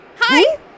Hi